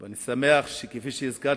ואני שמח שכפי שהזכרתי,